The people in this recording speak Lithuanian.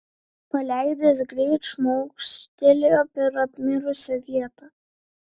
paleidęs greit šmaukštelėjo per apmirusią vietą